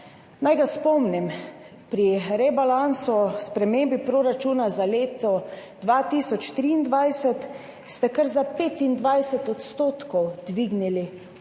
Naj ga spomnim, pri rebalansu, spremembi proračuna za leto 2023 ste kar za 25 % dvignili odhodke